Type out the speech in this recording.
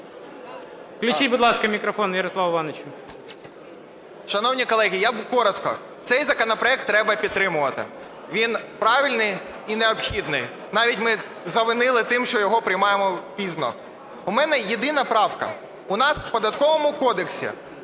Включіть, будь ласка, мікрофон Ярославу Івановичу. 13:10:10 ЖЕЛЕЗНЯК Я.І. Шановні колеги, я коротко. Цей законопроект треба підтримувати. Він правильний і необхідний. Навіть ми завинили тим, що його приймаємо пізно. У мене єдина правка. У нас в Податковому кодексі